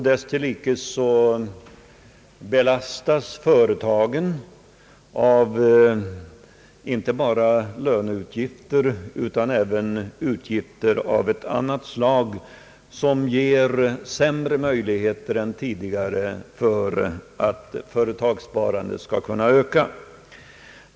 Därtill belastas företagen av inte bara löneutgifter utan även utgifter av annat slag, som ger sämre möjligheter än tidigare till företagssparande.